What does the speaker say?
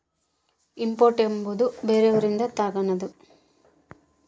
import ಎಂಬುವುದು ಬೇರೆಯವರಿಂದ ತಗನದು